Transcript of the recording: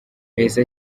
yahise